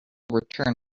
return